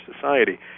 society